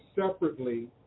separately